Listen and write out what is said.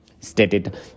stated